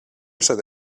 said